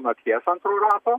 nakties antro rato